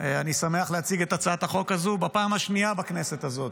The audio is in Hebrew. אני שמח להציג את הצעת החוק הזאת בפעם השנייה בכנסת הזאת.